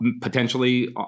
potentially